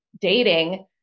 dating